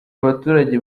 abaturage